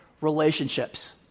relationships